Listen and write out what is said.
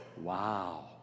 wow